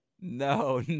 No